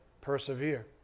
persevere